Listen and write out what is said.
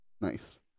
Nice